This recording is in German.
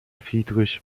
friedrich